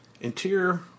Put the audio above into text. interior